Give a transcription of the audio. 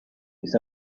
its